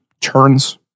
turns